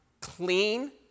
clean